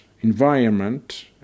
Environment